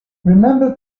remember